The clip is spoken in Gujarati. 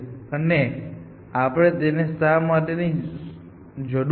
અને આપણને તેની શા માટે જરૂર છે